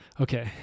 Okay